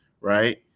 right